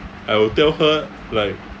I will tell her like